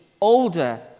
older